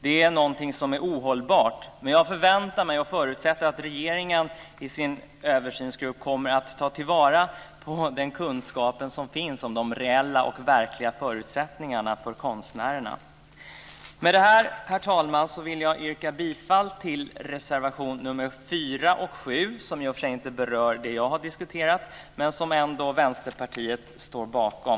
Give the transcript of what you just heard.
Det vore ohållbart. Man jag förväntar mig och förutsätter att regeringen i sin översynsgrupp kommer att ta till vara den kunskap som där finns om de reella och verkliga förutsättningar för konstnärerna. Herr talman! Med detta vill jag yrka bifall till reservationerna nr 4 och nr 7, som jag i och för sig inte berörde, men som ändå Vänsterpartiet står bakom.